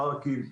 פארקים,